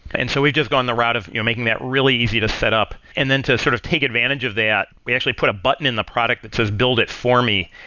and so we've just gone the route of you know making that really easy to set up. and then to sort of take advantage of that, we actually put a button in the product that says, build it for me.